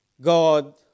God